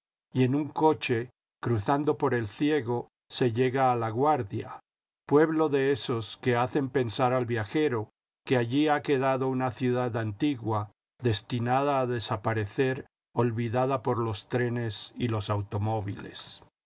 y en un coche cruzando por el ciego se llega a laguardia pueblo de esos que hacen pensar al viajero que allí ha quedado una ciudad antigua destinada a desaparecer olvidada por los trenes y los automóviles